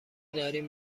داریم